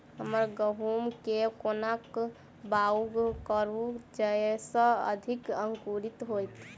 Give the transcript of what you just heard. हम गहूम केँ कोना कऽ बाउग करू जयस अधिक अंकुरित होइ?